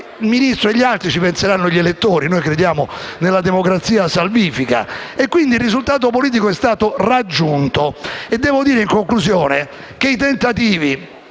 al Ministro e agli altri ci penseranno gli elettori. Noi crediamo nella democrazia salvifica. Quindi, il risultato politico è stato raggiunto. In conclusione, si è tentato